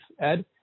Ed